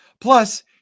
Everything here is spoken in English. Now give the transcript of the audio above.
Plus